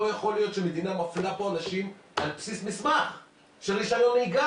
לא יכול להיות שמדינה מפלה פה אנשים על בסיס מסמך של רישיון נהיגה,